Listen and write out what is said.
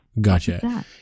Gotcha